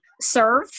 serve